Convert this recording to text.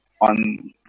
On